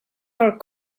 her